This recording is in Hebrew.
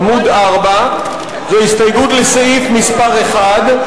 עמוד 4. זוהי הסתייגות לסעיף מס' 1,